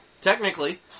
technically